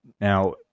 Now